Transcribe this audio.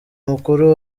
mukuru